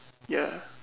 ya